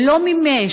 ולא מימש,